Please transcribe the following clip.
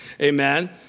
Amen